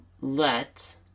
let